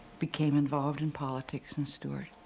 became involved in politics in stewart,